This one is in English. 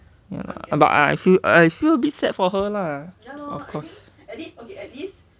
ya but I feel I feel a bit sad for her lah of course